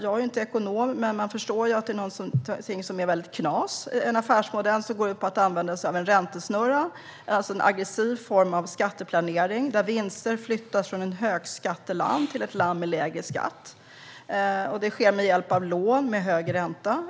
Jag är inte ekonom, men jag förstår att det är någonting som är knas i en affärsmodell som går ut på att man använder sig av en räntesnurra. Det är alltså en aggressiv form av skatteplanering där vinster flyttas från ett högskatteland till ett land med lägre skatt. Det sker med hjälp av lån med hög ränta.